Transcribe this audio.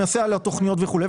יעשה עליה תוכניות וכולי,